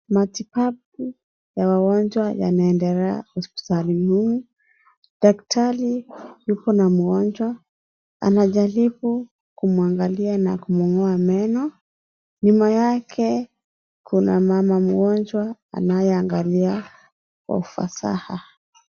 Matibabu ya wagonjwa yameendelea hospitali hii. Daktari yuko na mgonjwa, anajaribu kumwangalia na kumungoa meno. Nyuma yake kuna mama mgonjwa anayeangalia kwa ufasaha.